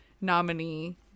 nominee